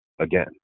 again